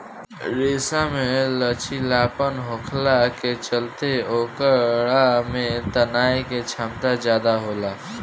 रेशा में लचीलापन होखला के चलते ओकरा में तनाये के क्षमता ज्यादा होखेला